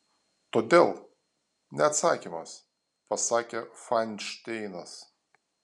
todėl ne atsakymas pasakė fainšteinas